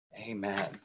Amen